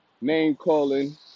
name-calling